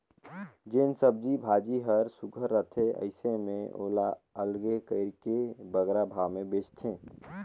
जेन सब्जी भाजी हर सुग्घर रहथे अइसे में ओला अलगे कइर के बगरा भाव में बेंचथें